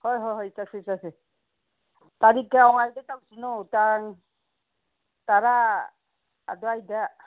ꯍꯣꯏ ꯍꯣꯏ ꯍꯣꯏ ꯆꯠꯁꯤ ꯆꯠꯁꯤ ꯇꯥꯔꯤꯛ ꯀꯌꯥꯋꯥꯏꯗ ꯇꯧꯁꯤꯅꯣ ꯇꯥꯡ ꯇꯥꯔꯥ ꯑꯗ꯭ꯋꯥꯏꯗ